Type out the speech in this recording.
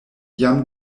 jam